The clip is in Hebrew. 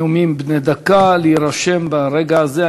להשתתף בנאומים בני דקה להירשם ברגע הזה.